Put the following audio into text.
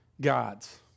God's